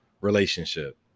relationship